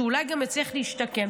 שאולי גם יצליח להשתקם,